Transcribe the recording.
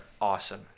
awesome